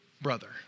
brother